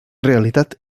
realitat